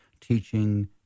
teaching